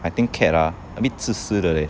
I think cat ah a bit 自私